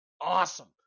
awesome